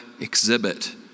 exhibit